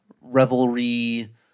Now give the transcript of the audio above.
revelry